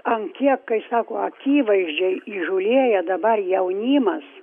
ant kiek kai sako akivaizdžiai įžūlėja dabar jaunimas